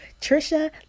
Trisha